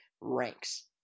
ranks